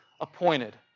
appointed